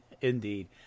Indeed